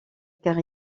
car